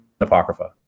Apocrypha